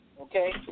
okay